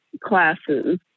classes